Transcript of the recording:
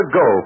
go